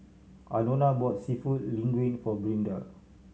Anona bought Seafood Linguine for Brinda